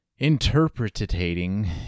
interpretating